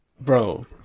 bro